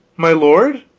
my lord?